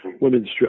women's